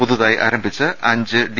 പുതുതായി ആരംഭിച്ച അഞ്ച് ഡി